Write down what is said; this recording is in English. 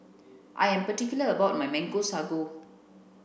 I am particular about my mango sago